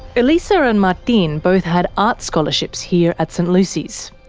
elisa and martin both had art scholarships here at st lucy's.